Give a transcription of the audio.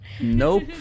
nope